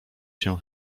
się